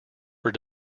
were